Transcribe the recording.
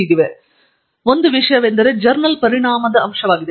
ಇಂತಹ ವಿಷಯವೆಂದರೆ ಜರ್ನಲ್ ಪರಿಣಾಮದ ಅಂಶವಾಗಿದೆ